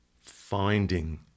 finding